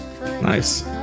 Nice